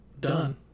done